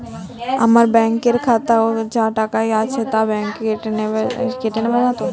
আমার ব্যাঙ্ক এর খাতায় যা টাকা আছে তা বাংক কেটে নেবে নাতো?